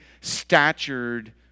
statured